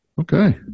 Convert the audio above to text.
Okay